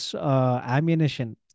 ammunition